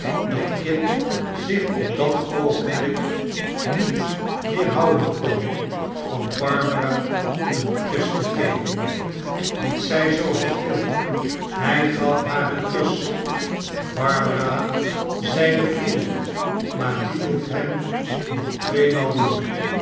dat kit zich op dat oogenblik niet weerhouden kon van barbara een kus te geven dit zij zoo het wil hij gaf haar een kus barbara zeide foeil maarliet het hem nog tweemaal doen